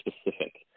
specific